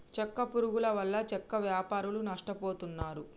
చెక్క పురుగుల వల్ల చెక్క వ్యాపారులు నష్టపోతున్నారు